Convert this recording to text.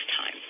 time